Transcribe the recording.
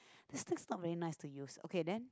these things not very nice to use okay then